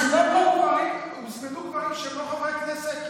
שהם לא חברי כנסת,